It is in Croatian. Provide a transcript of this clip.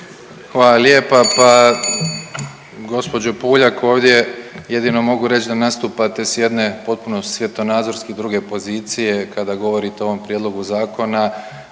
Hvala lijepa, pa gospođo Puljak ovdje jedino mogu reći da nastupate s jedne potpuno svjetonazorski druge pozicije kada govorite o ovom prijedlogu zakona